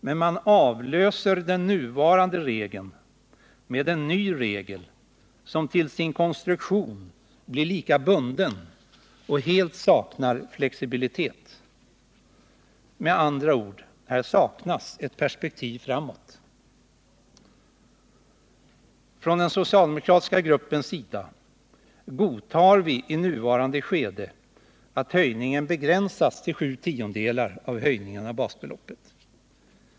Men man avlöser den nuvarande regeln med en ny regel som till sin konstruktion blir lika bunden och helt saknar flexibilitet. Med andra ord, här saknas ett perspektiv framåt. Från den socialdemokratiska gruppens sida godtar vi i nuvarande skede att höjningen begränsas till 7/10 av höjningen av basbeloppet.